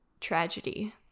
tragedy